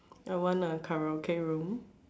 I want a Karaoke room